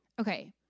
Okay